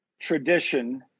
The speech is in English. tradition